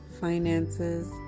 finances